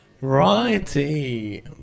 Righty